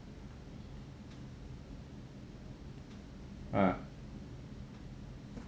ah